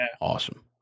awesome